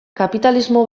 kapitalismo